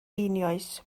einioes